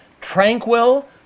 tranquil